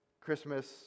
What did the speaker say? Christmas